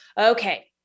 Okay